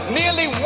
nearly